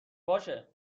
باشه